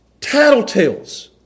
tattletales